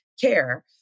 care